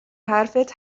حرفت